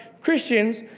Christians